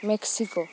Mexico